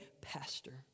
pastor